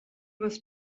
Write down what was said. was